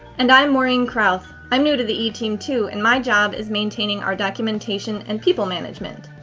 and i'm maureen krauth. i'm new to the e-team too, and my job is maintaining our documentation and people management.